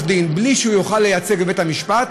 דין בלי שהוא יוכל לייצג בבית-המשפט,